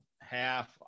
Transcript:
half